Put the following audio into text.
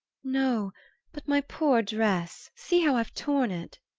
no but my poor dress see how i've torn it!